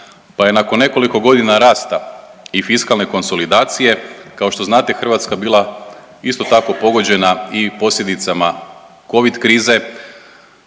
pa je nakon nekoliko godina rasta i fiskalne konsolidacije kao što znate Hrvatska bila isto tako pogođena i posljedicama covid krize